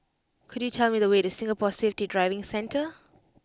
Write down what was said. could you tell me the way to Singapore Safety Driving Centre